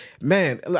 Man